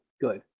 good